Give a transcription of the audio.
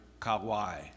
Kauai